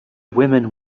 women